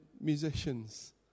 musicians